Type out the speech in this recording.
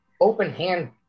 open-hand